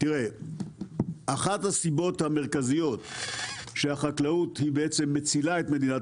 אחת הסיבות המרכזיות שהחקלאות מצילה את מדינת